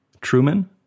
Truman